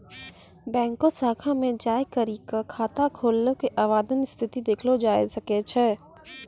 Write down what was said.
बैंको शाखा मे जाय करी क खाता खोलै के आवेदन स्थिति देखलो जाय सकै छै